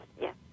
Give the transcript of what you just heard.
yes